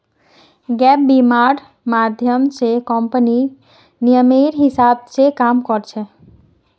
gap बीमा र माध्यम स कम्पनीर नियमेर हिसा ब काम कर छेक